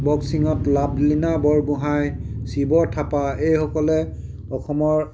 বক্সিঙত লাভলীনা বৰগোহাঁই শিৱ থাপা এইসকলে অসমৰ